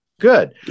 Good